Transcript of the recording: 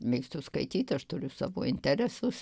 mėgstu skaityt aš turiu savo interesus